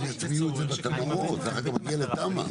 זה אחר כך מגיע לתמ"א.